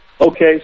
Okay